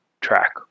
track